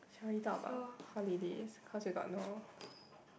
shall we talk about holidays cause we got no